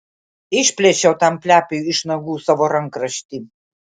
išplėšiau tam plepiui iš nagų savo rankraštį